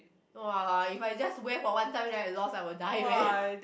!wah! if I just wear for one time then I lost I will die man